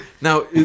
now